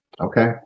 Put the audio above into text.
Okay